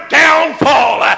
downfall